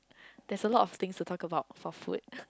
there's a lot of things to talk about for food